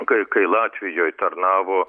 kai kai latvijoj tarnavo